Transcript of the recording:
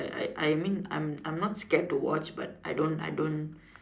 I I I mean I'm I'm not scared to watch but I don't I don't